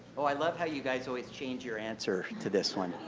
ah i love how you guys always change your answer to this one.